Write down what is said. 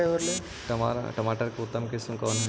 टमाटर के उतम किस्म कौन है?